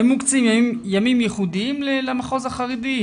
האם מוקצים ימים ייחודיים למחוז החרדי?